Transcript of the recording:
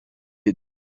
est